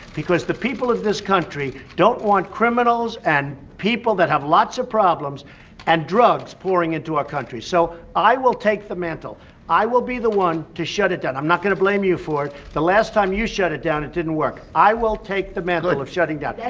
because the people of this country don't want criminals and people that have lots of problems and drugs pouring into our country. so i will take the mantle. i will be the one to shut it down. i'm not going to blame you for it. the last time you shut it down, it didn't work. i will take the mantle of shutting down that